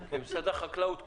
כי משרד החקלאות קוקו.